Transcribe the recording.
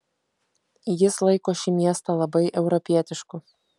jis laiko šį miestą labai europietišku